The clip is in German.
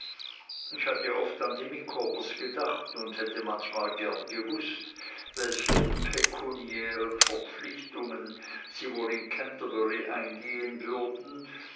ich hatte oft an die micawbers gedacht und hätte manchmal gern gewußt welche pekuniären verpflichtungen sie wohl in canterbury eingehen würden